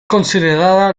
considerada